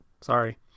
Sorry